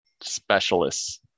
specialists